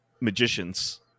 magicians